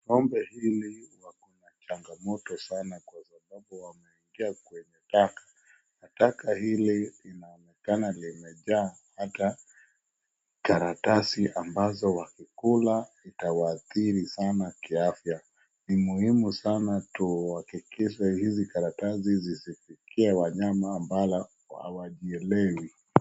Ng'ombe hawa wako na changamoto sana kwa sababu wameingia kwenye taka, na taka hili linaonekana limejaa hata karatasi ambazo wakikula itawaathiri sana kiafya. Ni muhimu sana tuhakikishe hizi karatasi zisifikie wanyama ambao hawajielewi.